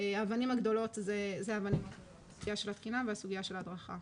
האבנים הגדולות הן הסוגיה של התקינה והסוגיה של ההדרכה.